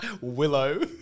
Willow